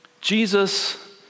Jesus